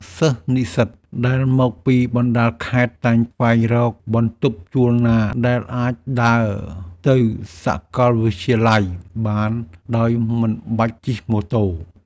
សិស្សនិស្សិតដែលមកពីបណ្តាខេត្តតែងស្វែងរកបន្ទប់ជួលណាដែលអាចដើរទៅសាកលវិទ្យាល័យបានដោយមិនបាច់ជិះម៉ូតូ។